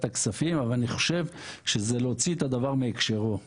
הכספים אבל אני חושב שזה להוציא את הדבר מהקשרו.